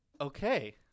Okay